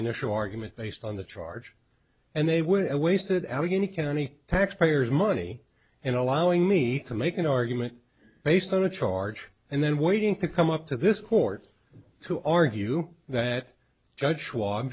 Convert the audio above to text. initial argument based on the charge and they would i wasted allegheny county taxpayers money in allowing me to make an argument based on a charge and then waiting to come up to this court to argue that judge